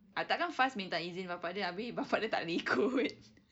ah takkan faz minta izin bapa dia habis bapa dia tak boleh ikut